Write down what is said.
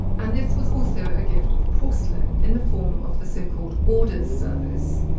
and this was also a gift of porcelain in the form of the so-called orders service.